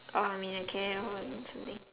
or on media care on something